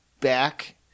back